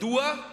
מדוע?